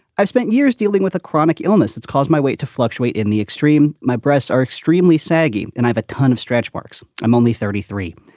i've spent years dealing with a chronic illness it's caused my weight to fluctuate in the extreme. my breasts are extremely saggy and i've a ton of stretch marks. i'm only thirty three.